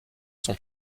sont